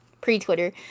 pre-twitter